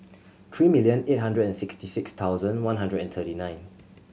three million eight hundred and sixty six thousand one hundred and twenty nine